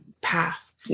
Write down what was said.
path